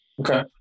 okay